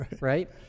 right